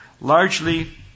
largely